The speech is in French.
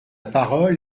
parole